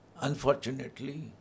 unfortunately